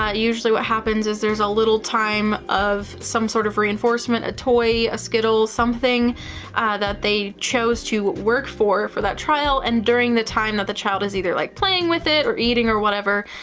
ah usually what happens is there's a little time of some sort of reinforcement. a toy, a skittle, something that they chose to work for for that trial, and during the time that the child is either, like, playing with it or eating or whatever,